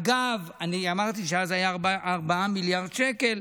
אגב, אמרתי שאז היו 4 מיליארד שקל,